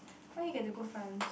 where you get the good friends